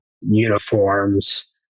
uniforms